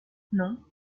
non